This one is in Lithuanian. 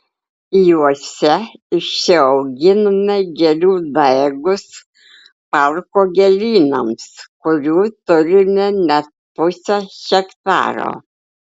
juose išsiauginame gėlių daigus parko gėlynams kurių turime net pusę hektaro